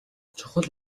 чухал